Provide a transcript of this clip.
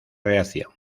reacción